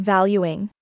Valuing